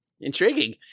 Intriguing